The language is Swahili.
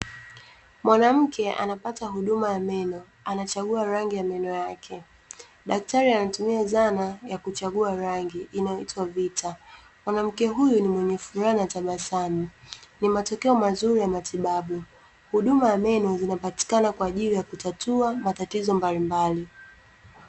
Mwanamke anapata huduma ya meno anachagua rangi ya meno yake, daktari anatumia zana ya kuchagua rangi inayoitwa vita. Mwanamke huyu ni mwenye furaha na tabasamu, ni matokeo mazuri ya matibabu. Huduma ya meno zinapatikana kwa ajili ya kutatua matatizo mbalimbali.